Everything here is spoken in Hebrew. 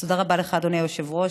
תודה רבה לך, אדוני היושב-ראש.